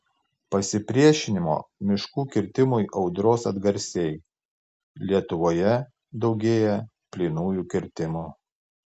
pasipriešinimo miškų kirtimui audros atgarsiai lietuvoje daugėja plynųjų kirtimų